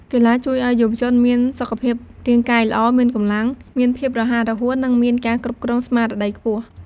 កីឡាជួយឲ្យយុវជនមានសុខភាពរាង្គកាយល្អ មានកម្លាំង មានភាពរហ័សរហួន និងមានការគ្រប់គ្រងស្មារតីខ្ពស់។